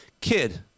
kid